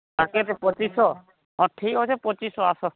ଆର୍ କେତେ ପଚିଶ ଶହ ହଁ ଠିକ୍ ଅଛି ପଚିଶ ଶହ ଆସ